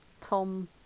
Tom